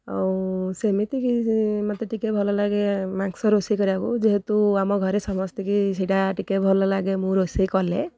ଆଉ ସେମିତିକି ମୋତେ ଟିକିଏ ଭଲ ଲାଗେ ମାଂସ ରୋଷେଇ କରିବାକୁ ଯେହେତୁ ଆମ ଘରେ ସମସ୍ତଙ୍କୁ ସେଇଟା ଟିକିଏ ଭଲ ଲାଗେ ମୁଁ ରୋଷେଇ କଲେ